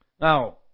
Now